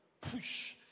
push